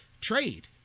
trade